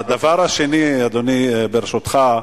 הדבר השני, אדוני, ברשותך,